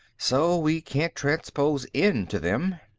so we can't transpose in to them.